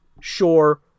sure